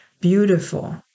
beautiful